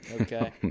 okay